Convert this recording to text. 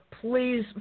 Please